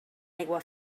aigua